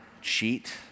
cheat